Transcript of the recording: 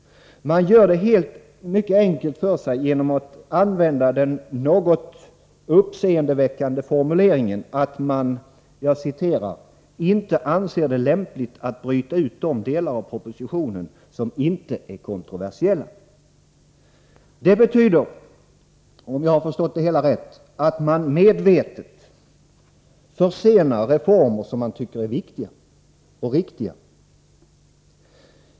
Man gör det enkelt för sig genom att använda den något uppseendeväckande formuleringen att man ”inte anser det lämpligt att bryta ut de delar av propositionen som inte är kontroversiella”. Det betyder att man medvetet försenar reformer som man tycker är viktiga och riktiga.